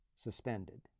Suspended